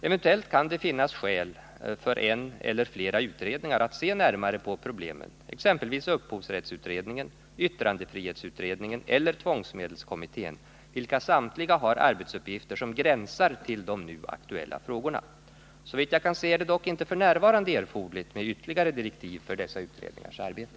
Eventuellt kan det finnas skäl för en eller flera utredningar att se närmare på problemen, exempelvis upphovsrättsutredningen, yttrandefrihetsutredningen eller tvångsmedelskommittén, vilka samtliga har arbetsuppgifter som gränsar till de nu aktuella frågorna. Såvitt jag kan se är det dock inte f. n. erforderligt med ytterligare direktiv för dessa utredningars arbete.